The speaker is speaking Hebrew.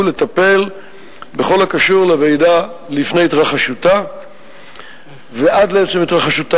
הוא לטפל בכל הקשור לרעידה לפני התרחשותה ועד לעצם התרחשותה